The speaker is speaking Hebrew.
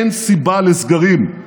אין סיבה לסגרים,